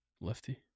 lefty